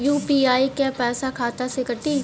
UPI क पैसा खाता से कटी?